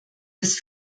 des